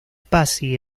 passi